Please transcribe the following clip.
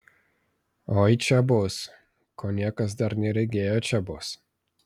oi čia bus ko niekas dar neregėjo čia bus